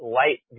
light